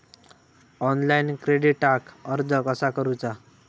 Online क्रेडिटाक अर्ज कसा करुचा?